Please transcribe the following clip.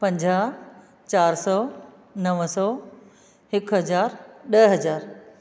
पंजाहु चारि सौ नव सौ हिकु हज़ारु ॾह हज़ार